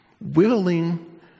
willing